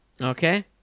okay